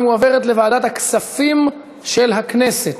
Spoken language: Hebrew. והיא מועברת לוועדת הכספים של הכנסת.